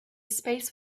space